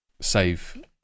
save